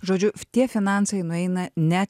žodžiu tie finansai nueina ne